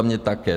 A mě také.